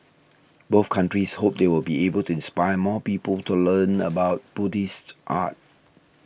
both countries hope they will be able to inspire more people to learn about Buddhist art